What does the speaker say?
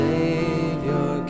Savior